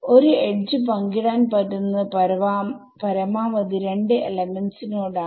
ഒരു എഡ്ജ് പങ്കിടാൻ പറ്റുന്നത് പരമാവധി 2 elements നോടാണ്